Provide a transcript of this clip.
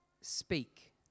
Speak